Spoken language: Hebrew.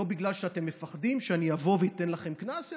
לא בגלל שאתם מפחדים שאני אבוא ואתן לכם קנס,